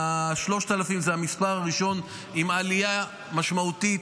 3,000 זה המספר הראשון, עם עלייה משמעותית,